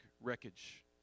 wreckage